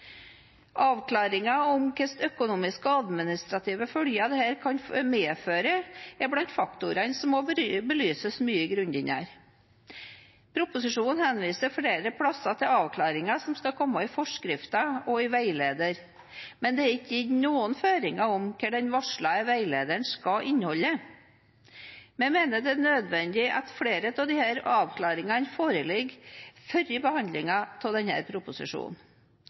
om hvilke økonomiske og administrative følger dette kan medføre, er blant faktorene som må belyses mye grundigere. Proposisjonen henviser flere steder til avklaringer som skal komme i forskriften og i veileder, men det er ikke gitt noen føringer om hva den varslede veilederen skal inneholde. Vi mener det er nødvendig at flere av disse avklaringene foreligger før behandlingen av denne proposisjonen.